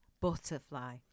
Butterfly